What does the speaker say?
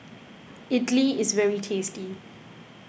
Idili is very tasty